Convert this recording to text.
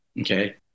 okay